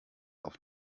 auf